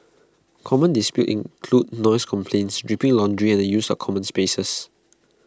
common disputes include noise complaints dripping laundry and the use of common spaces